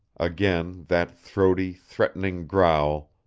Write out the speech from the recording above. again that throaty, threatening growl,